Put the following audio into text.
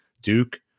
Duke